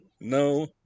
No